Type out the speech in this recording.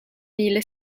mille